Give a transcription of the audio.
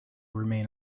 remain